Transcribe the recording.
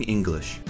English